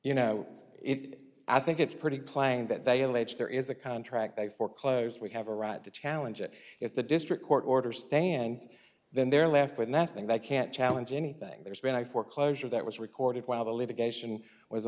you know if i think it's pretty plain that they allege there is a contract they foreclose we have a right to challenge it if the district court order stands then they're left with nothing they can't challenge anything there's been a foreclosure that was recorded while the litigation was